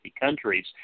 countries